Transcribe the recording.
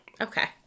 Okay